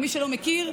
מי שלא מכיר,